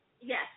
Yes